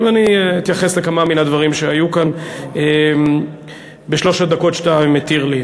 אבל אני אתייחס לכמה מן הדברים שהיו כאן בשלוש הדקות שאתה מתיר לי.